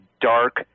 dark